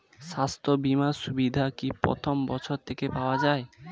স্বাস্থ্য বীমার সুবিধা কি প্রথম বছর থেকে পাওয়া যায়?